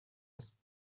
است